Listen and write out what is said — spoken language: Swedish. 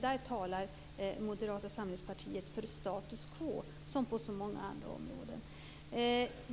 Där talar Moderata samlingspartiet för status quo som på så många andra områden.